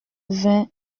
vingt